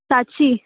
सातशी